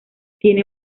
tiene